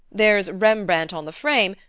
there's rembrandt on the frame,